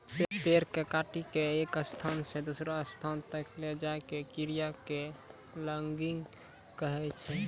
पेड़ कॅ काटिकॅ एक स्थान स दूसरो स्थान तक लै जाय के क्रिया कॅ लॉगिंग कहै छै